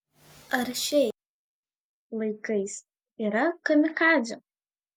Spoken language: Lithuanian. ar šiais laikais yra kamikadzių